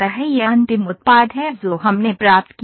यह अंतिम उत्पाद है जो हमने प्राप्त किया है